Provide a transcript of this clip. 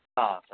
हा